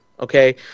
Okay